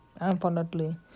unfortunately